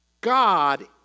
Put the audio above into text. God